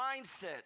mindset